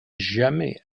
jamais